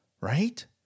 right